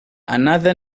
another